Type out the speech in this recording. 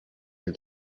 vœux